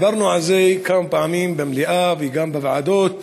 דיברנו על זה כמה פעמים במליאה וגם בוועדות,